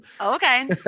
Okay